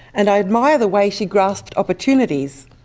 and i admire the way she grasped opportunities,